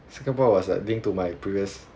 second point was like link to my previous